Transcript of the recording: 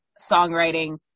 songwriting